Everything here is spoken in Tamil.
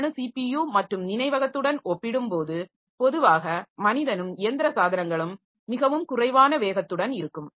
மின்னணு சிபியு மற்றும் நினைவகத்துடன் ஒப்பிடும்போது பொதுவாக மனிதனும் இயந்திர சாதனங்களும் மிகவும் குறைவான வேகத்துடன் இருக்கும்